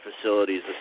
facilities